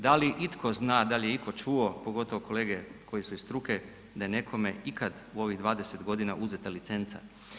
Da li itko zna, dal je iko čuo, pogotovo kolege koji su iz struke, da je nekome ikad u ovih 20.g. uzeta licenca?